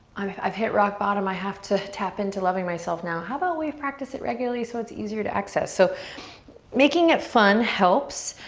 um i've hit rock bottom. i have to tap into loving myself now. how about we practice it regularly so it's easier to access? so making it fun helps.